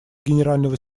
генерального